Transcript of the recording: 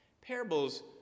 parables